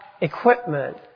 equipment